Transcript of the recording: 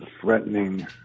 threatening